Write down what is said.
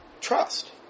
trust